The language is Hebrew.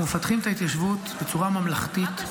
אנחנו מפתחים את ההתיישבות בצורה ממלכתית,